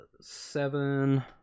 Seven